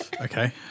Okay